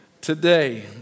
today